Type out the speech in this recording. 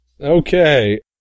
Okay